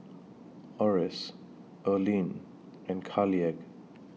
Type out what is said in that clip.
Orris Erline and Carleigh